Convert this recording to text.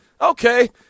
okay